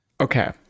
Okay